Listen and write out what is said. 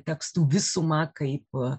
tekstų visumą kaip